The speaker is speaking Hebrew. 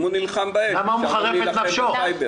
אם הוא נלחם באש, אפשר להגיד גם סייבר.